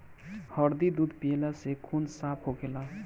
हरदी दूध पियला से खून साफ़ होखेला